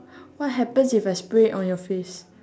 what happens if I spray it on your face